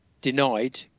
denied